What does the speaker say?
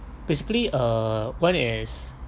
basically uh one is